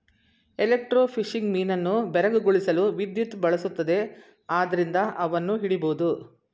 electrofishing ಮೀನನ್ನು ಬೆರಗುಗೊಳಿಸಲು ವಿದ್ಯುತ್ ಬಳಸುತ್ತದೆ ಆದ್ರಿಂದ ಅವನ್ನು ಹಿಡಿಬೋದು